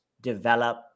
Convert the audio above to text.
develop